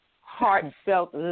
heartfelt